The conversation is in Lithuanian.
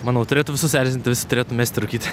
manau turėtų visus erzinti visi turėtų mesti rūkyti